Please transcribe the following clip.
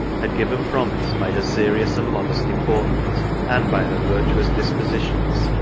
had given promise, by her serious and modest deportment, and by her virtuous dispositions,